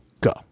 Go